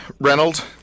Reynolds